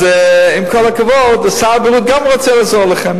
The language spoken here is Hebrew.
אז עם כל הכבוד, שר הבריאות גם רוצה לעזור לכם.